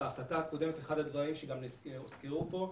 אחד הדברים שהוזכרו פה,